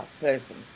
person